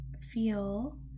feel